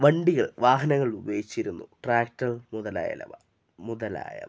വണ്ടികൾ വാഹനങ്ങൾ ഉപയോഗിച്ചിരുന്നു ട്രാക്ടർ മുതലായലവ മുതലായവ